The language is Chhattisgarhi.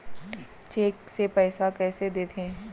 चेक से पइसा कइसे देथे?